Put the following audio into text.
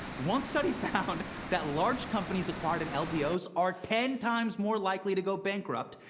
one study found that large companies acquired in lbos are ten times more likely to go bankrupt.